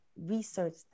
research